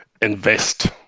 invest